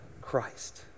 Christ